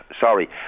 sorry